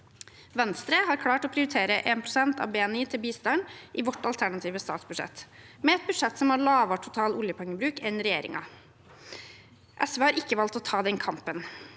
Venstre har klart å prioritere 1 pst. av BNI til bistand i vårt alternative statsbudsjett, med et budsjett som har lavere total oljepengebruk enn regjeringens. SV har ikke valgt å ta den kampen,